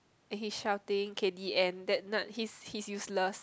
and he's shouting K the end that nut he's he's useless